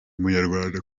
munyarwanda